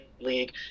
league